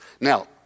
Now